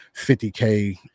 50k